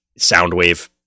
Soundwave-